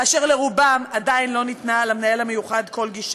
אשר לרובם עדיין לא ניתנה למנהל המיוחד כל גישה".